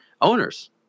owners